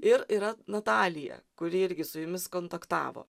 ir yra natalija kuri irgi su jumis kontaktavo